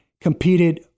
competed